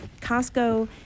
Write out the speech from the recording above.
Costco